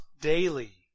daily